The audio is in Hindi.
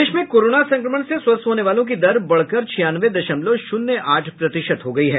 प्रदेश में कोरोना संक्रमण से स्वस्थ होने वालों की दर बढ़कर छियानवे दशमलव शून्य आठ प्रतिशत हो गया है